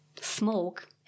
smoke